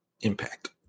impact